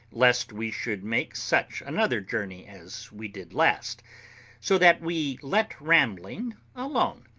lest we should make such another journey as we did last so that we let rambling alone,